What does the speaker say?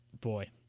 boy